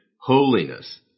holiness